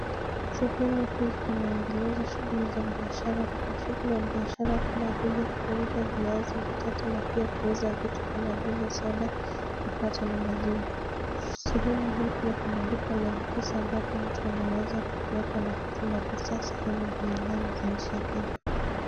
Sehemu hii kunaendelezwa shughuli za biashara, kuna shughuli ya biashara kama vile kuuza viazi matatu na pia kuuza vitu kama vile soda, mkate na maziwa. Sehemu hii pia kuna duka la m-pesa ambapo mtu anaweza kuweka na kutuma pesa sehemu mbalimbali za nchi ya Kenya.